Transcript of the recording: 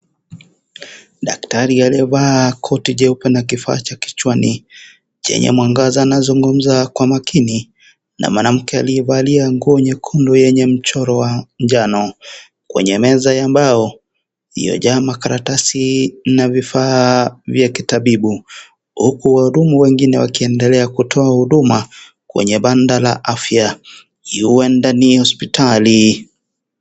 Daktari alivaa koti njeupe na kifaa cha kichwani chenye mwangaza anazungumza kwa makini, na mwanamke aliyevalia nguo nyekundu yenye mchoro wa majano, kwenye meza ambayo iliyojaa makaratasi na vifaa vya kitabibu, huku wahudumu wengine wakiendelea kutoa huduma kwenye banda la afya, huenda ni hospitali.